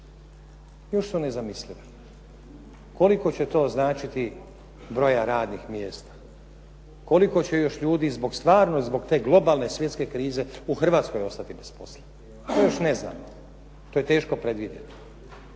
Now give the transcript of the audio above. još su nezamislive. Koliko će to značiti broja radnih mjesta, koliko će još ljudi zbog stvarno zbog te globalne svjetske krize u Hrvatskoj ostati bez posla. To još ne znamo. To je teško predvidjeti.